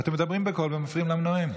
אתם מדברים בקול ומפריעים לנואם.